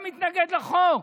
למה אתה מתנגד לחוק?